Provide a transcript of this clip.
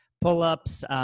pull-ups